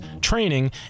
training